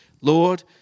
Lord